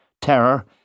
terror